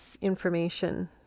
information